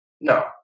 no